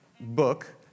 book